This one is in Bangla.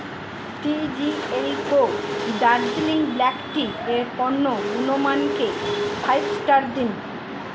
টি G L co Darjeeling black tea এর পণ্য গুণমানকে ফাইভ স্টার দিন